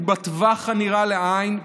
ובטווח הנראה לעין,